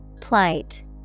Plight